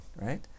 right